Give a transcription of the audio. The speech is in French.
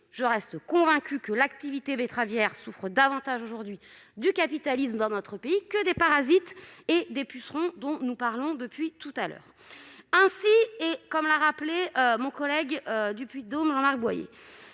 Je suis convaincue que l'activité betteravière de notre pays souffre davantage aujourd'hui du capitalisme que des parasites et des pucerons dont nous parlons depuis tout à l'heure. Comme l'a rappelé mon collègue du Puy-de-Dôme, Jean-Marc Boyer,